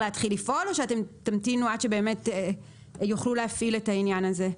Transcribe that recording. או שאתם תמתינו עד שבאמת יוכלו להפעיל את העניין הזה?